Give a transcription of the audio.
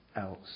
else